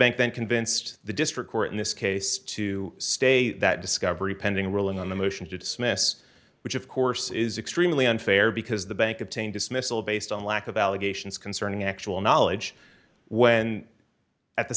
bank then convinced the district court in this case to stay that discovery pending a ruling on the motion to dismiss which of course is extremely unfair because the bank obtained dismissal based on lack of allegations concerning actual knowledge when at the